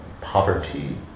poverty